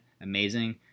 amazing